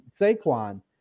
Saquon